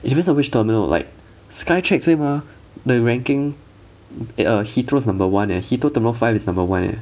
it depends on which terminal like skytrax same ah the ranking eh err heathrow is number one eh heathrow terminal five is number one eh